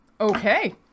Okay